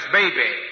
baby